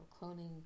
cloning